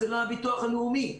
זה לא הביטוח הלאומי.